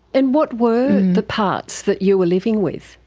and what were the parts that you were living with?